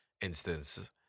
instance